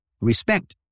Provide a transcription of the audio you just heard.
respect